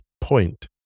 point